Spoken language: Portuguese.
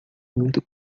muito